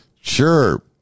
Sure